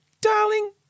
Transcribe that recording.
darling